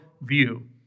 view